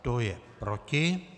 Kdo je proti?